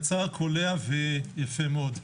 קצר, קולע ויפה מאוד.